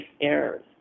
errors